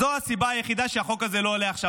זו הסיבה היחידה שהחוק הזה לא עולה עכשיו.